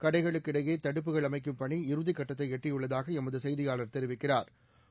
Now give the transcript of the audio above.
கடைகளுக்கு இடையே தடுப்புகள் அமைக்கும் பணி இறுதிக்கட்டத்தை எட்டியுள்ளதாக எமது செய்தியாளா் தெரிவிக்கிறாா்